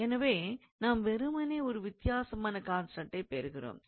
எனவே நாம் வெறுமனே ஒரு வித்தியாசமான கான்ஸ்டண்டைப் பெறுகிறோம்